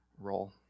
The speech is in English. role